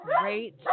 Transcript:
great